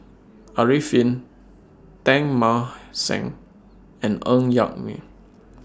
Arifin Teng Mah Seng and Ng Yak Whee